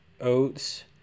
oats